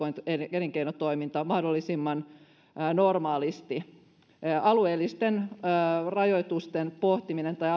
elinkeinotoiminta mahdollisimman normaalisti alueellisten rajoitusten pohtiminen tai